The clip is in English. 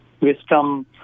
Wisdom